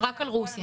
רק על רוסיה.